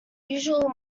usual